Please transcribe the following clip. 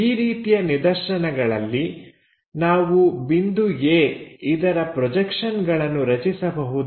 ಈ ರೀತಿಯ ನಿದರ್ಶನಗಳಲ್ಲಿ ನಾವು ಬಿಂದು A ಇದರ ಪ್ರೊಜೆಕ್ಷನ್ಗಳನ್ನು ರಚಿಸಬಹುದೇ